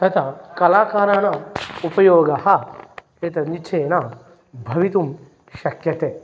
तदा कलाकाराणाम् उपयोगः एतत् निश्चयेन भवितुं शक्यते